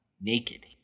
naked